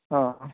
ହଁ